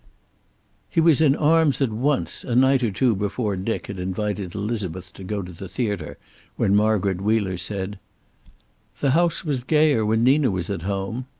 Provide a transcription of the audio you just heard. he was in arms at once a night or two before dick had invited elizabeth to go to the theater when margaret wheeler said the house was gayer when nina was at home.